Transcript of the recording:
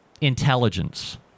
intelligence